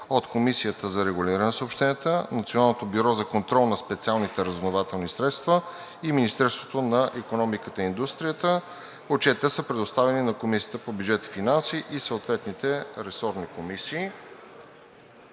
от Комисията за регулиране на съобщенията, Националното бюро за контрол на специалните разузнавателни средства и Министерството на икономиката и индустрията. Отчетите са предоставени на Комисията по бюджет и финанси и съответните ресорни комисии.